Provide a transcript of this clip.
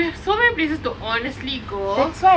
with have so many places to honestly go